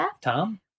Tom